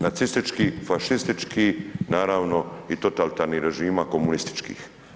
Nacistički, fašistički, naravno i totalnih režima komunističkih.